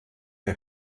der